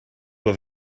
have